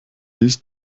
ist